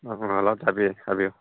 ꯎꯝ ꯍꯜꯂꯣ ꯇꯥꯕꯤꯔꯦ ꯍꯥꯏꯕꯤꯎ